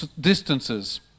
distances